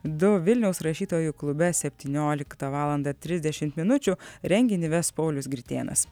du vilniaus rašytojų klube septynioliktą valandą trisdešim minučių renginį ves paulius gritėnas